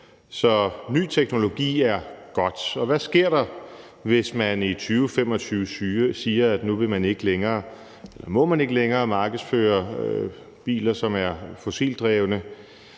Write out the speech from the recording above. så ny teknologi er godt. Og hvad sker der, hvis man siger, at i 2025 må man ikke længere markedsføre biler, som er fossildrevne?